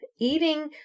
Eating